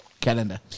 calendar